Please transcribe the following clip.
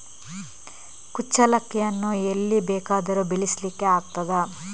ಕುಚ್ಚಲಕ್ಕಿಯನ್ನು ಎಲ್ಲಿ ಬೇಕಾದರೂ ಬೆಳೆಸ್ಲಿಕ್ಕೆ ಆಗ್ತದ?